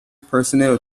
personnel